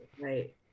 Right